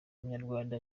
umunyarwanda